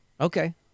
Okay